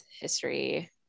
history